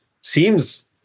seems